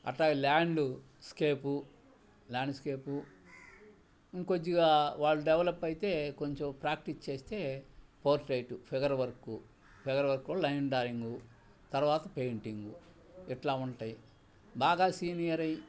అట్లా landscape landscape ఇంకొద్దిగా వాళ్ళు డెవలప్ అయితే కొంచెం ప్రాక్టీస్ చేస్తే perfect figure work figure work line drawing తర్వాత పెయింటింగు ఇట్లా ఉంటయి బాగా సీనియరై